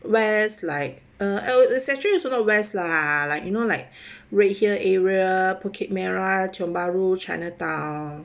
whereas like uh oh it's actually also not west lah like you know like red hill area bukit merah tiong bahru chinatown